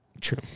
True